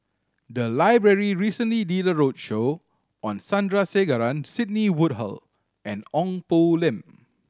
the library recently did a roadshow on Sandrasegaran Sidney Woodhull and Ong Poh Lim